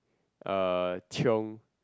uh chiong